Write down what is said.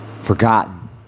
forgotten